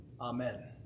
Amen